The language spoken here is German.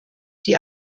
die